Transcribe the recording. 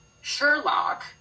Sherlock